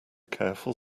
careful